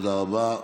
תודה רבה.